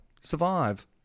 survive